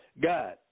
God